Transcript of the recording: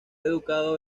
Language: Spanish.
educado